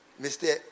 Mr